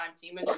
team